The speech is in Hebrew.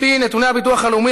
על-פי נתוני הביטוח הלאומי,